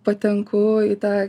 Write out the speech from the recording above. patenku į tą